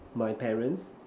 my parents